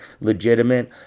legitimate